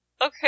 Okay